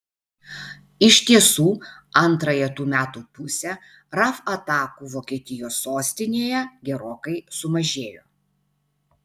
iš tiesų antrąją tų metų pusę raf atakų vokietijos sostinėje gerokai sumažėjo